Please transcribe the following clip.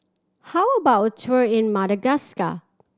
how about a tour in Madagascar